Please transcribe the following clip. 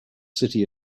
city